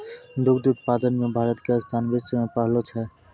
दुग्ध उत्पादन मॅ भारत के स्थान विश्व मॅ पहलो छै